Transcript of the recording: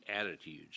attitudes